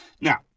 Now